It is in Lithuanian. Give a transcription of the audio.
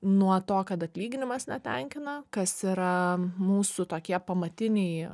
nuo to kad atlyginimas netenkina kas yra mūsų tokie pamatiniai